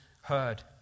heard